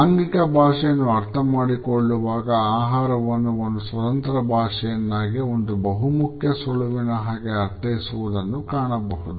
ಆಂಗಿಕ ಭಾಷೆಯನ್ನು ಅರ್ಥಮಾಡಿಕೊಳ್ಳುವಾಗ ಆಹಾರವನ್ನು ಒಂದು ಸ್ವತಂತ್ರ ಭಾಷೆಯಾಗಿ ಒಂದು ಬಹುಮುಖ್ಯ ಸುಳಿವಿನ ಹಾಗೆ ಅರ್ಥೈಸುತ್ತಿರುವುದನ್ನು ಕಾಣಬಹುದು